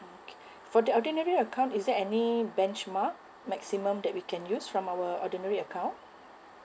okay for the ordinary account is there any benchmark maximum that we can use from our ordinary account